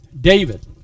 David